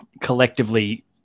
collectively